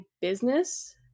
business